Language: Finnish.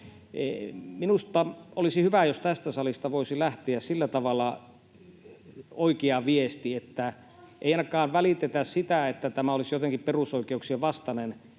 minusta olisi hyvä, jos tästä salista voisi lähteä sillä tavalla oikea viesti, että ei ainakaan välitetä sitä, että tämä olisi jotenkin perusoikeuksien vastainen.